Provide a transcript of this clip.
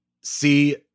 see